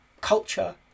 culture